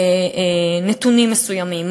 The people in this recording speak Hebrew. נתונים מסוימים,